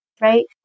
right